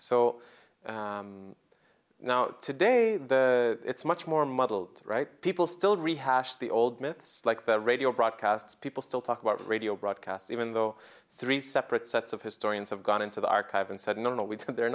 so now today it's much more muddled right people still rehash the old myths like their radio broadcasts people still talk about radio broadcasts even though three separate sets of historians have gone into the archive and said no